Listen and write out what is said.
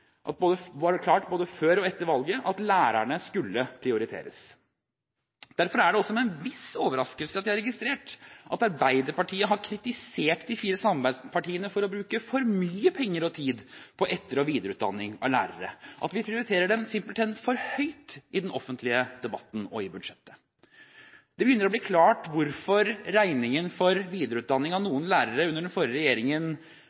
klart både før og etter valget at lærerne skulle prioriteres. Derfor er det også med en viss overraskelse jeg har registrert at Arbeiderpartiet har kritisert de fire samarbeidspartiene for å bruke for mye penger og tid på etter- og videreutdanning av lærere – at vi simpelthen prioriterer dem for høyt i den offentlige debatten og i budsjettet. Det begynner å bli klart hvorfor regningen for videreutdanning av